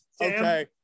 okay